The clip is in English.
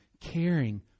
caring